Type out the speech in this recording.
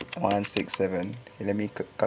one six seven let me cal~ cal~